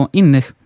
innych